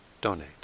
donate